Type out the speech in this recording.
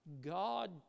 God